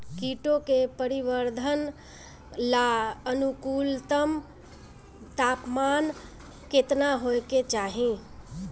कीटो के परिवरर्धन ला अनुकूलतम तापमान केतना होए के चाही?